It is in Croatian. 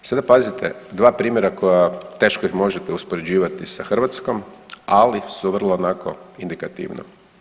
I sada pazite dva primjera koja teško ih možete uspoređivati sa Hrvatskom, ali su vrlo onako indikativna.